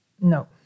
no